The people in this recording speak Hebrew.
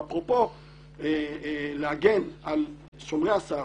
ואפרופו להגן על שומרי הסף,